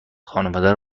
خانواده